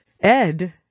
Ed